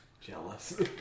Jealous